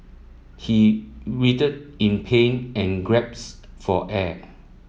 he writhed in pain and for air